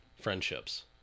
Friendships